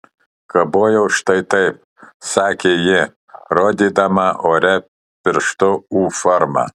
kabojau štai taip sakė ji rodydama ore pirštu u formą